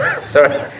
Sorry